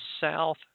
south